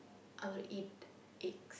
I would eat eggs